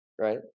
right